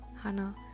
Hana